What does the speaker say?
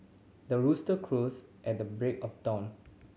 the rooster crows at the break of dawn